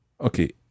Okay